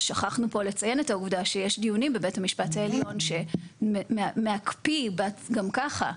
שכחנו פה לציין את העובדה שיש דיונים בבית המשפט העליון שמקפיא גם ככה,